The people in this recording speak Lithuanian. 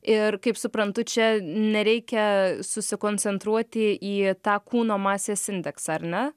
ir kaip suprantu čia nereikia susikoncentruoti į tą kūno masės indeksą ar ne